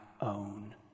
own